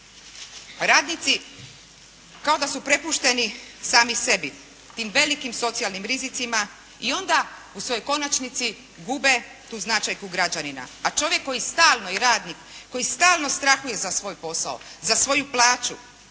Radnici kao da su prepušteni sami sebi, tim velikim socijalnim rizicima i onda u svojoj konačnici gube tu značajku građanina, a čovjek koji stalno i radnik, koji stalno strahuju za svoj posao, za svoju plaću,